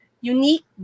Unique